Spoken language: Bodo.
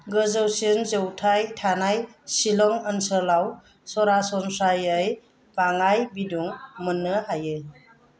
गोजौसिन जौथाइ थानाय शिलं ओनसोलाव सरासनस्रायै बाङाइ बिदुं मोननो हायो